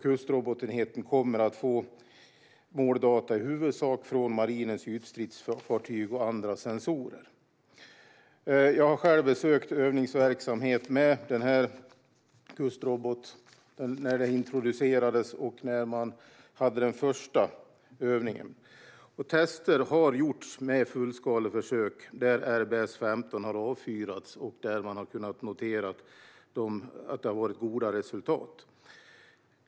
Kustrobotenheten kommer att få måldata i huvudsak från marinens ytstridsfartyg och andra sensorer. Jag har själv besökt övningsverksamhet med kustrobot när den introducerades och när man hade den första övningen. Tester har gjorts med fullskaleförsök där RBS 15 har avfyrats och där man har kunnat notera goda resultat.